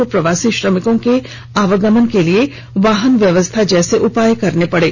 को प्रवासी श्रमिकों के आवागमन के लिए वाहन व्यवस्था जैसे उपाय करने पडे